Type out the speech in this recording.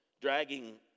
dragging